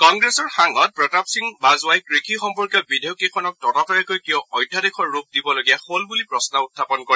কংগ্ৰেছৰ সাংসদ প্ৰতাপ সিং বাজ্ৱাই কৃষি সম্পৰ্কীয় বিধেয়ককেইখনক ততাতৈয়াকৈ কিয় অধ্যাদেশৰ ৰূপ দিবলগীয়া হ'ল বুলি প্ৰশ্ন উত্থাপন কৰে